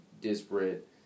disparate